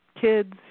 kids